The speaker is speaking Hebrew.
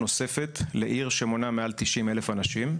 נוספת לעיר שמונה מעל תשעים אלף אנשים,